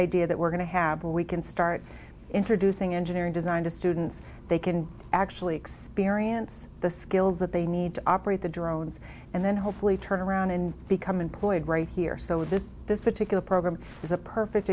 idea that we're going to have where we can start introducing engineering design to students they can actually experience the skills that they need to operate the drones and then hopefully turn around and become employed right here so that this particular program is a perfect